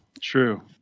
True